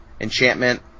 enchantment